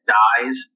dies